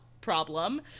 problem